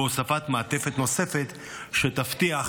והוספת מעטפת נוספת שתבטיח